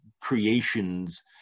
creations